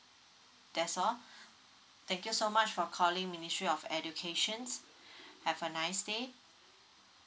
that's all thank you so much for calling ministry of educations have a nice day